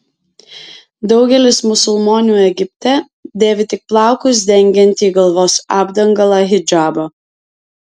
daugelis musulmonių egipte dėvi tik plaukus dengiantį galvos apdangalą hidžabą